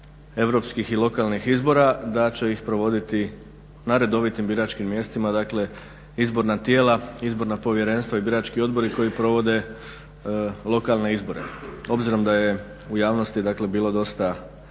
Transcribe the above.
europskih i lokalnih izbora da će ih provoditi na redovitim biračkim mjestima. Dakle, izborna tijela, izborna povjerenstva i birački odbori koji provode lokalne izbore. Obzirom da je u javnosti, dakle bilo dosta